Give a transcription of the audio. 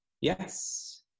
Yes